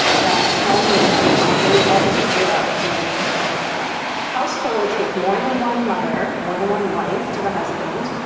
that tell me about how they also grew up in households with more than one mother, more than one wife to the husband,